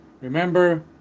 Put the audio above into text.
Remember